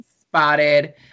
spotted